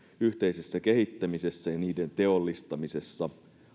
yhteisessä kehittämisessä ja niiden teollistamisessa